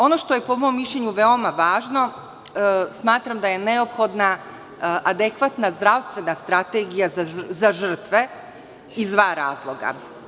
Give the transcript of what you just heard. Ono što je po mom mišljenju veoma važno, smatram da je neophodna adekvatna zdravstvena strategija za žrtve iz dva razloga.